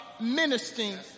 ministering